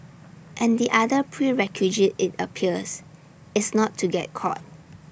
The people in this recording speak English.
and the other prerequisite IT appears is not to get caught